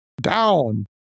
down